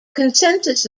consensus